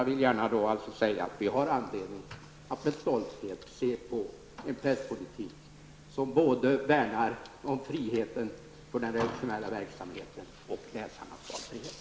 Vi har anledning att med stolthet se på en presspolitik som både värnar om friheten för den redaktionella verksamheten och läsarnas valfrihet.